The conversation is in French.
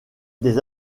des